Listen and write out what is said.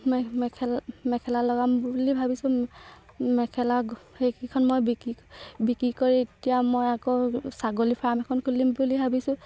মই মেখেলা মেখেলা লগাম বুলি ভাবিছোঁ মেখেলা সেইকেইখন মই বিক্ৰী বিক্ৰী কৰি এতিয়া মই আকৌ ছাগলী ফাৰ্ম এখন খুলিম বুলি ভাবিছোঁ